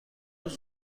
روز